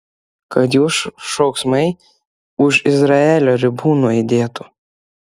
kad jų šauksmai už izraelio ribų nuaidėtų